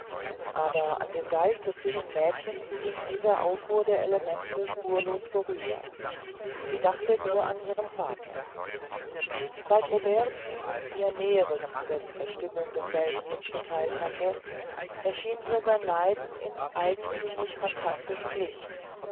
aber an dem geist des jungen mädchens ging dieser aufruhr der elemente spurlos vorüber sie dachte nur an ihren vater seit aubert thün ihr näheres über die verstimmung desselben mitgetheilt hatte erschien ihr sein leiden in eigenthümlich phantastischem licht